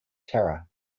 terror